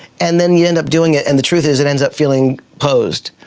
and then, you end up doing it, and the truth is it ends up feeling posed.